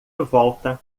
volta